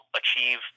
achieve